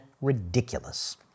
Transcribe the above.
ridiculous